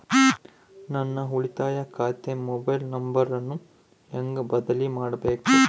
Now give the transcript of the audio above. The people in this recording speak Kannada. ನನ್ನ ಉಳಿತಾಯ ಖಾತೆ ಮೊಬೈಲ್ ನಂಬರನ್ನು ಹೆಂಗ ಬದಲಿ ಮಾಡಬೇಕು?